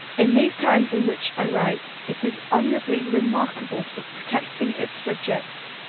in these times in which i write, it is honourably remarkable for protecting its subjects,